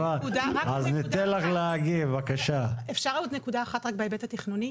רק בהיבט התכנוני.